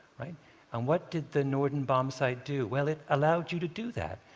and what did the norden bombsight do? well it allowed you to do that.